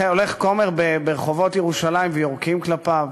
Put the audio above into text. הולך כומר ברחובות ירושלים ויורקים כלפיו,